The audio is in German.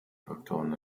faktoren